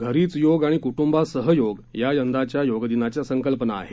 घरीच योग आणि कुटुंबासह योग या यंदाच्या योग दिनाच्या संकल्पना आहेत